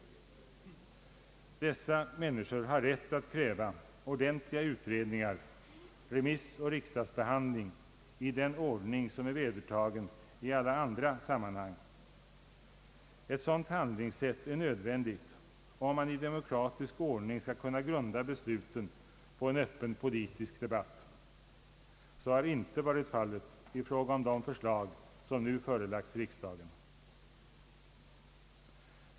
Dessa människor har rätt att kräva ordentliga utredningar, remissoch riksdagsbehandling i den ordning som är vedertagen i alla andra sammanhang. Ett sådant handlingssätt är nödvändigt om man i demokratik ordning skall kunna grunda besluten på en öppen politisk debatt. Så har inte varit fallet i fråga om de förslag som nu förelagts riksdagen.